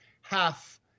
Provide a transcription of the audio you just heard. half